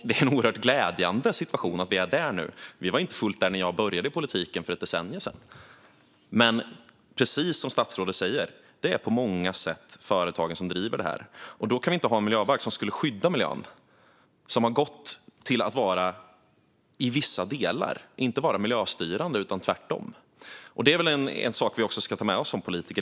Det är oerhört glädjande att vi är i den situationen nu. Där var vi inte när jag började i politiken för ett decennium sedan. Men precis som statsrådet säger är det på många sätt företagen som driver det här, och då kan vi inte ha en miljöbalk som skulle skydda miljön men har gått mot att i vissa delar inte vara miljöstyrande utan tvärtom. Det är väl en sak vi ska ta med oss som politiker.